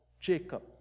Jacob